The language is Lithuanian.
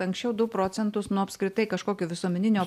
anksčiau du procentus nuo apskritai kažkokio visuomeninio